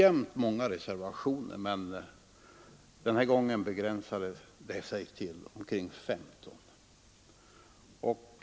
Även nu finns det reservationer, men antalet begränsar sig till 15.